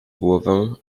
głowę